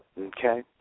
Okay